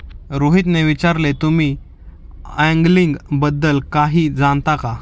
रोहितने विचारले, तुम्ही अँगलिंग बद्दल काही जाणता का?